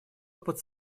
под